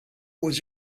was